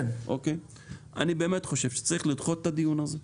אני באמת חושב שצריך לדחות את הדיון הזה,